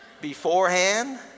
beforehand